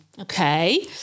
Okay